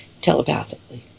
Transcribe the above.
telepathically